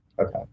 Okay